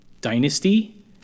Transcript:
Dynasty